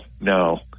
no